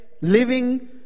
Living